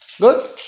Good